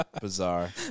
bizarre